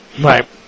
Right